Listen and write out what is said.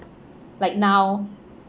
like now